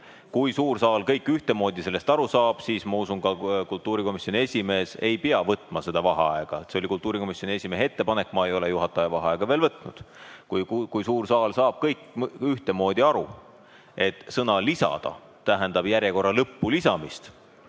Kui suur saal kõik ühtemoodi sellest aru saab, siis ma usun, et kultuurikomisjoni esimees ei pea võtma seda vaheaega. See oli kultuurikomisjoni esimehe ettepanek. Ma ei ole juhataja vaheaega veel võtnud. Kui suur saal saab kõik ühtemoodi aru, et sõna "lisada" tähendab järjekorra lõppu lisamist,